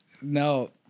No